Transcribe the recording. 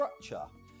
structure